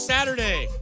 Saturday